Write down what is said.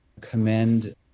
commend